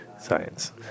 Science